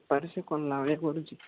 ଆରେ ସିଏ କଲା ଭଳିଆ କରୁଛି